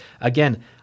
Again